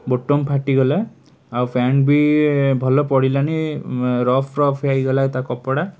button ଫାଟିଗଲା ଆଉ pant ବି ଇଏ ଭଲ ପଡ଼ିଲାନି ରଫ୍ ରଫ୍ ହେଇଗଲା ତା କପଡ଼ା